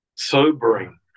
sobering